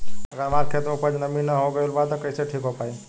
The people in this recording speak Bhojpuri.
अगर हमार खेत में उपज में नमी न हो गइल बा त कइसे ठीक हो पाई?